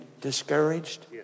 discouraged